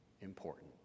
important